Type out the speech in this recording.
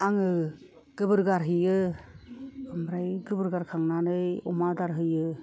आङो गोबोर गारहैयो ओमफ्राय गोबोर गारखांनानै अमा आदार हैयो